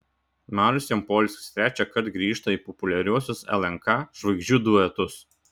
marius jampolskis trečiąkart grįžta į populiariuosius lnk žvaigždžių duetus